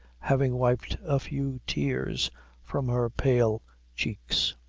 having wiped a few tears from her pale cheeks.